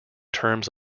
terms